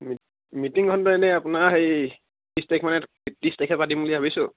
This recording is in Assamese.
মি মিটিংখনটো এনেই আপোনাৰ হেৰি ত্ৰিছ তাৰিখ মানে ত্ৰিছ তাৰিখে পাতিম বুলি ভাবিছোঁ